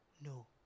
No